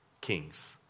kings